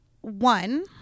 one